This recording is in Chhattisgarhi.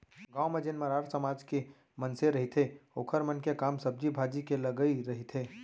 गाँव म जेन मरार समाज के मनसे रहिथे ओखर मन के काम सब्जी भाजी के लगई रहिथे